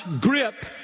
grip